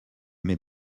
mets